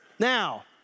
Now